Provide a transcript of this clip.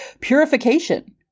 purification